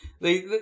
They-